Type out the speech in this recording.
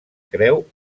creu